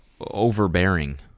overbearing